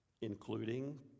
including